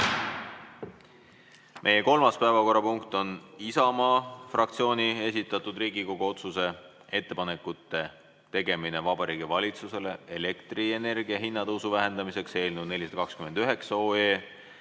Meie kolmas päevakorrapunkt on Isamaa fraktsiooni esitatud Riigikogu otsuse "Ettepanekute tegemine Vabariigi Valitsusele elektrienergia hinnatõusu vähendamiseks" eelnõu 429